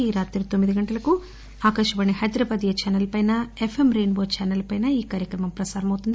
ఈ రాత్రి తొమ్మిది గంటలకు ఆకాశవాణి హైదరాబాద్ ఏ ఛాసెల్ పైన ఎఫ్ఎం రెయిన్బో ఛాసెల్సైనా ఈ కార్యక్రమం ప్రసారమవుతోంది